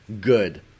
good